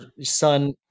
son